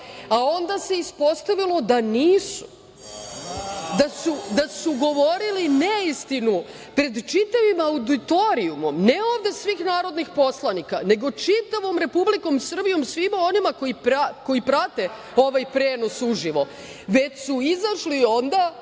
A onda se ispostavilo da nisu, da su govorili neistinu pred čitavim auditorijumom, ne ovde svih narodnih poslanika nego čitavom Republikom Srbijom i svima onima koji prate ovaj prenos uživo. Onda su izašli izvan